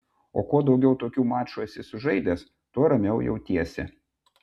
o kuo daugiau tokių mačų esi sužaidęs tuo ramiau jautiesi